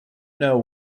know